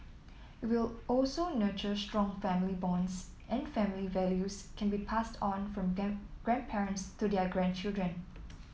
it will also nurture strong family bonds and family values can be passed on from grandparents to their grandchildren